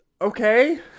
okay